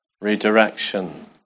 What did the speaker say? redirection